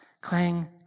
Clang